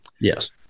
Yes